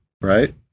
Right